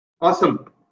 Awesome